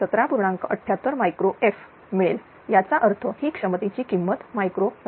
78 F मिळेल त्याचा अर्थ ही क्षमतेची किंमत मायक्रो फॅरेड